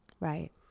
right